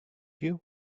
you